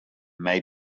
may